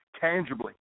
tangibly